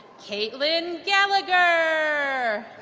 kaitlyn gallagher